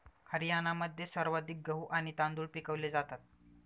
हरियाणामध्ये सर्वाधिक गहू आणि तांदूळ पिकवले जातात